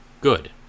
Good